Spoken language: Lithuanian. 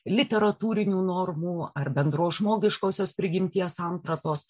literatūrinių normų ar bendros žmogiškosios prigimties sampratos